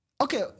Okay